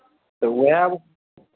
तऽ उएह